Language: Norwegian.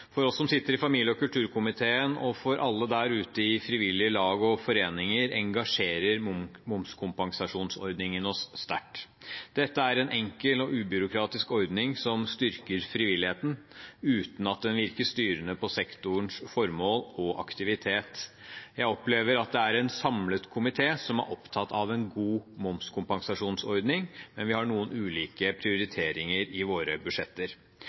For oss som sitter i familie- og kulturkomiteen, og for alle der ute i frivillige lag og foreninger, engasjerer momskompensasjonsordningen sterkt. Dette er en enkel og ubyråkratisk ordning som styrker frivilligheten uten at den virker styrende på sektorens formål og aktivitet. Jeg opplever at det er en samlet komité som er opptatt av en god momskompensasjonsordning, men vi har noen ulike prioriteringer i våre budsjetter.